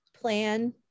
plan